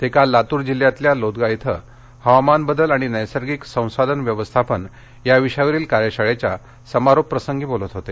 ते काल लातूर जिल्ह्यातल्या लोदगा इथं हवामान बदल आणि नैसर्गिक संसाधन व्यवस्थापन या विषयावरील कार्यशाळेच्या समारोपप्रसंगी बोलत होते